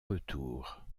retour